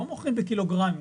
לא בקילוגרמים.